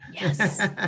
Yes